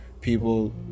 People